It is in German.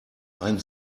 ein